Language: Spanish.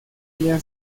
ella